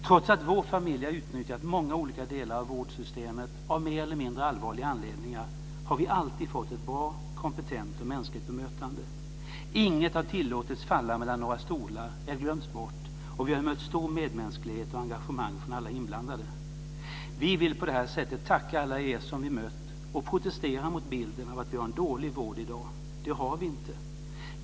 Trots att vår familj har utnyttjat många olika delar av vårdsystemet av mer eller mindre allvarliga anledningar, har vi alltid fått ett bra, kompetent och mänskligt bemötande. Inget har tillåtits falla mellan några stolar eller glömts bort och vi har mött stor medmänsklighet och engagemang från alla inblandade. Vi vill på det sättet tacka alla er som vi mött och protestera mot bilden att vi har en dålig vård i dag - det har vi INTE.